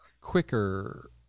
quicker